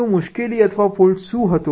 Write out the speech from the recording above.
તો મુશ્કેલી અથવા ફોલ્ટ શું હતો